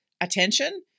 attention